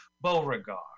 Beauregard